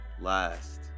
last